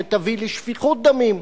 שתביא לשפיכות דמים.